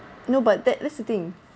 no but that that's the thing